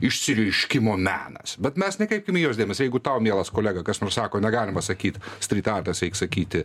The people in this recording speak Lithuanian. išsireiškimo menas bet mes nekreipkim į juos dėmesį jeigu tau mielas kolega kas nors sako negalima sakyt strytartas reik sakyti